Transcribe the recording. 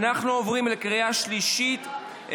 אנחנו עוברים לקריאה שלישית.